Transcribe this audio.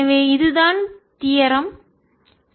எனவே இதுதான் தியரம் தோற்றம்